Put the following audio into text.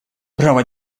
право